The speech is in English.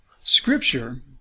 Scripture